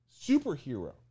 superhero